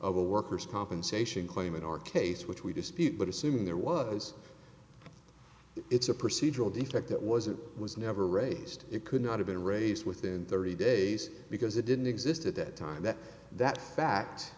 a worker's compensation claim in our case which we dispute but assuming there was it's a procedural defect that was it was never raised it could not have been raised within thirty days because it didn't exist at that time that that fact